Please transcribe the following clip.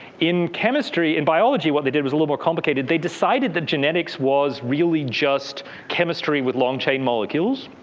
in chemistry and biology what they did was a little complicated. they decided that genetics was really just chemistry with long chain molecules.